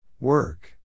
Work